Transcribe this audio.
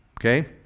okay